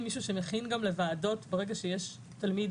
אין מישהו שמכין גם לוועדות ברגע שיש תלמיד